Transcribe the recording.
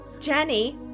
Jenny